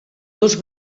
dos